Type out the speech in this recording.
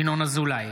ינון אזולאי,